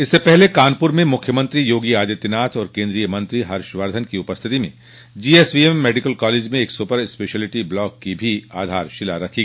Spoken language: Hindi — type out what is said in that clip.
इससे पहले कानपुर में मुख्यमंत्री योगी आदित्यनाथ और केन्द्रीय मंत्री हर्षवर्द्वन की उपस्थिति में जीएसवीएम मेडिकल कॉलेज में एक स्पर स्पेशिलिटी ब्लाक की भी आधारशिला रखी